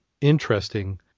interesting